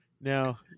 Now